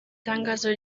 tangazo